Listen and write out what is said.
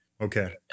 Okay